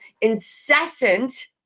incessant